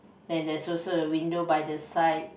then there's also a window by the side